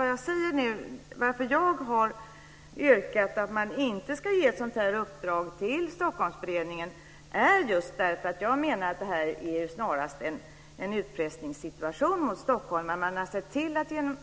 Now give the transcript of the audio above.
Anledningen till att jag yrkat att man inte ska ge ett sådant här uppdrag till Stockholmsberedningen är att jag menar att stockholmarna närmast befinner sig i en utpressningssituation. Man har under 30 år underlåtit